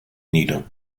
nieder